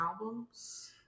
albums